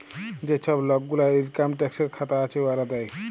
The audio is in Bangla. যে ছব লক গুলার ইলকাম ট্যাক্সের খাতা আছে, উয়ারা দেয়